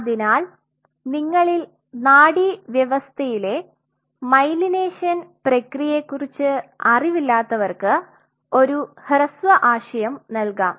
അതിനാൽ നിങ്ങളിൽ നാഡീവ്യവസ്ഥയിലെ മയലൈനേഷൻ പ്രക്രിയയെക്കുറിച്ച് അറിവില്ലാത്തവർക്ക് ഒരു ഹ്രസ്വ ആശയം നൽകാം